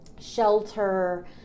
shelter